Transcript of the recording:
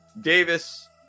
Davis